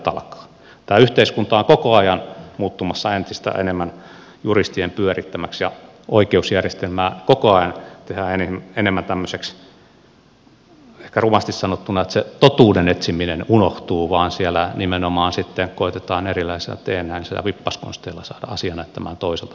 tämä yhteiskunta on koko ajan muuttumassa entistä enemmän juristien pyörittämäksi ja oikeusjärjestelmää koko ajan tehdään enemmän tämmöiseksi ehkä rumasti sanottuna että se totuuden etsiminen unohtuu ja siellä nimenomaan sitten koetetaan erilaisilla teennäisillä vippaskonsteilla saada asia näyttämään toiselta kuin se on